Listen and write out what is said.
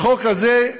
החוק הזה,